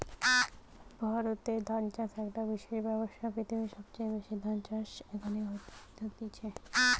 ভারতে ধান চাষ একটো বিশেষ ব্যবসা, পৃথিবীর সবচেয়ে বেশি ধান চাষ এখানে হতিছে